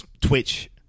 Twitch